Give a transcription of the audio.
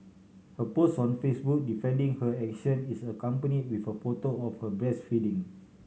her post on Facebook defending her action is accompany with a photo of her breastfeeding